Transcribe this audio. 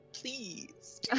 please